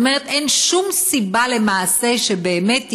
זאת אומרת,